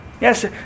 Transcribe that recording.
Yes